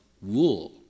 wool